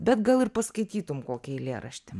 bet gal ir paskaitytum kokį eilėraštį